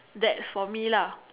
that's for me lah